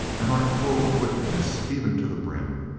and art full of wickedness even to the brim.